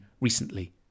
recently